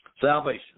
salvation